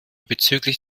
bezüglich